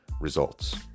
results